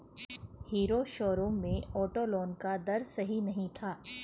hero showroom में auto loan का दर सही नहीं था